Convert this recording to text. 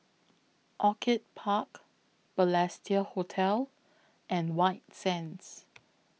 Orchid Park Balestier Hotel and White Sands